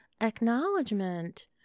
acknowledgement